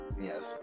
yes